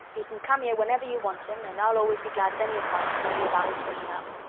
he can come here whenever you want him and i'll always be glad of any advice from you about his bringing up.